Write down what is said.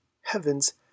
Heavens